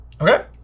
Okay